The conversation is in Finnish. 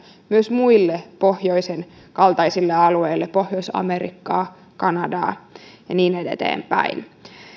myös muille pohjoismaiden kaltaisille alueille pohjois amerikkaan ja kanadaan päin ja niin edelleen